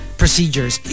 procedures